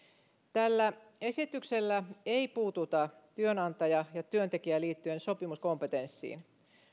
tällä esityksellä ei puututa työnantaja ja työntekijäliittojen sopimuskompetenssiin